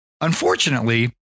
Unfortunately